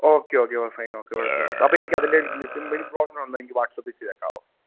okay okay oh fine okay കൊഴപ്പില്ല കൊഴപ അപ്പെനിക്കതിൻ്റെ ഒരു ലിസ്റ്റും പ്രോഗ്രാന്നു ഒന്നെനിക്ക് വാട്സാപ്പ് ഇട്ട് വെക്കാവോ